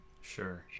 Sure